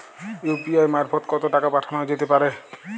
UPI মারফত কত টাকা পাঠানো যেতে পারে?